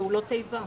פעולות איבה.